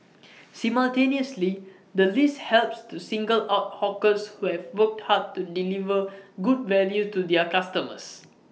simultaneously the list helps to single out hawkers who have worked hard to deliver good value to their customers